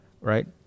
right